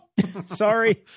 Sorry